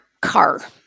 car